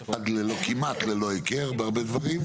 כמעט ללא היכר בהרבה דברים,